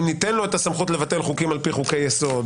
אם ניתן לו את הסמכות לבטל חוקים על פי חוקי יסוד,